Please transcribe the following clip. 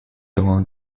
around